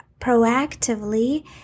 proactively